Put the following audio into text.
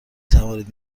توانید